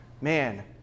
Man